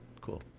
cool